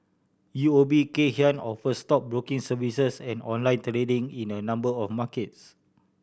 U O B Kay Hian offers stockbroking services and online trading in a number of markets